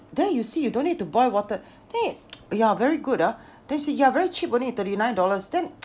then you see you don't need to boil water then yeah very good ah then say yeah very cheap only thirty nine dollars then